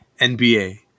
NBA